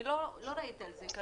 אני לא ראיתי על זה התייחסות.